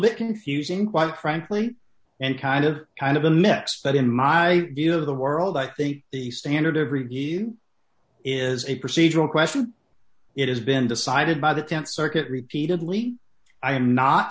bit confusing quite frankly and kind of kind of a mix but in my view of the world i think the standard of review is a procedural question it has been decided by the th circuit repeatedly i am not